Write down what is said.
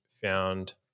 found